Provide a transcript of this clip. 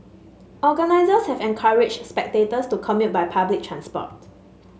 organisers have encouraged spectators to commute by public transport